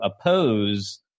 oppose